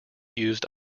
used